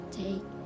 take